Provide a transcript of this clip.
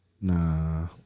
Nah